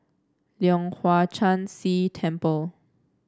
Leong Hwa Chan Si Temple